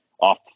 off